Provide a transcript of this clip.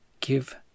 give